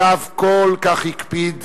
שעליו כל כך הקפיד זאביק,